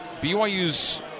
BYU's